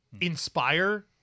inspire